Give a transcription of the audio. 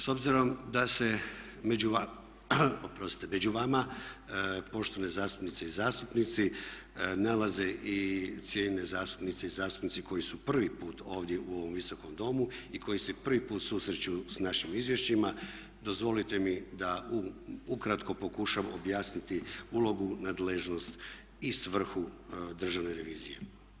S obzirom da se među vama poštovane zastupnice i zastupnici nalaze i cijenjene zastupnice i zastupnici koji su prvi put ovdje u ovom Visokom domu i koji se prvi put susreću s našim izvješćima dozvolite mi da ukratko pokušam objasniti ulogu, nadležnost i svrhu Državne revizije.